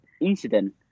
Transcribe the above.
incident